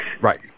Right